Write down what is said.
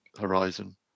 Horizon